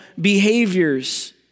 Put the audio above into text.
behaviors